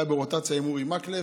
אולי ברוטציה עם אורי מקלב.